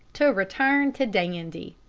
to return to dandy.